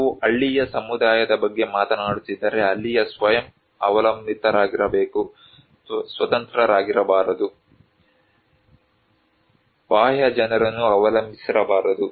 ನಾವು ಹಳ್ಳಿಯ ಸಮುದಾಯದ ಬಗ್ಗೆ ಮಾತನಾಡುತ್ತಿದ್ದರೆ ಅಲ್ಲಿ ಸ್ವಯಂ ಅವಲಂಬಿತರಾಗಿರಬೇಕು ಸ್ವತಂತ್ರರಾಗಿರಬಾರದು ಬಾಹ್ಯ ಜನರನ್ನು ಅವಲಂಬಿಸಬಾರದು